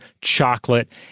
chocolate